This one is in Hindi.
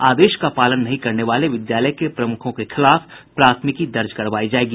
आदेश का पालन नहीं करने वाले विद्यालय के प्रमुखों के खिलाफ प्राथमिकी दर्ज करवायी जायेगी